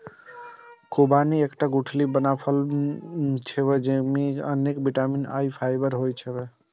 खुबानी एकटा गुठली बला फल छियै, जेइमे अनेक बिटामिन आ फाइबर होइ छै